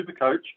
Supercoach